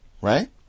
right